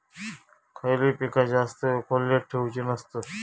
खयली पीका जास्त वेळ खोल्येत ठेवूचे नसतत?